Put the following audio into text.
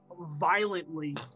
violently